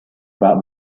about